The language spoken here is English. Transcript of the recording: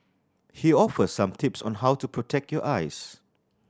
he offers some tips on how to protect your eyes